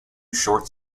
short